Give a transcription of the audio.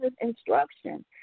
instruction